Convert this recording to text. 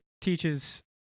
teaches